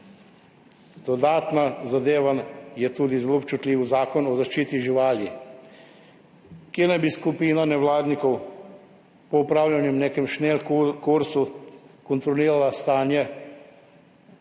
Dodatna zadeva je tudi zelo občutljiv Zakon o zaščiti živali, kje naj bi skupina nevladnikov po opravljenem nekem šnelkursu kontrolirala stanje